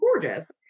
gorgeous